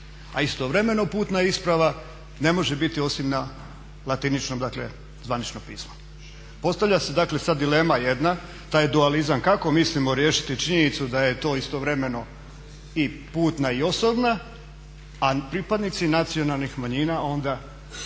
a istovremeno putna isprava ne može biti osim na latiničnom, dakle zvanično pismo. Postavlja se dakle sad dilema jedna, taj dualizam kako mislimo riješiti činjenicu da je to istovremeno i putna i osobna, a pripadnici nacionalnih manjina onda